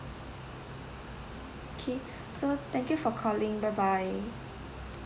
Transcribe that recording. K so thank you for calling bye bye